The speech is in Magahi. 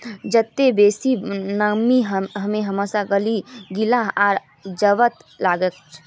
जत्ते बेसी नमीं हछे मौसम वत्ते गीला आर अजब लागछे